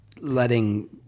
letting